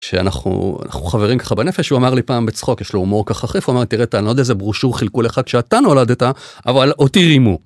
שאנחנו חברים ככה בנפש הוא אמר לי פעם בצחוק יש לו הומור ככה חריף, הוא אמר לי אני לא יודע איזה ברושור חלקו לך כשאתה נולדת אבל אותי רימו.